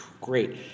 great